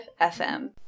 FM